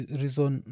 reason